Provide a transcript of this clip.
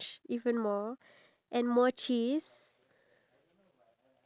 I thought what